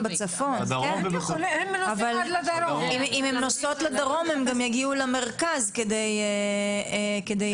אבל אם הן נוסעות לדרום הן גם יגיעו למרכז כדי לעבוד.